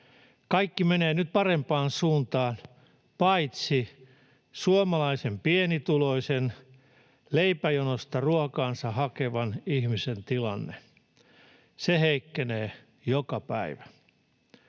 Kaikki menee nyt parempaan suuntaan, paitsi suomalaisen pienituloisen, leipäjonosta ruokansa hakevan ihmisen tilanne. Se heikkenee joka päivä.